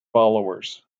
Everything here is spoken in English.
followers